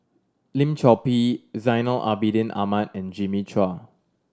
Lim Chor Pee Zainal Abidin Ahmad and Jimmy Chua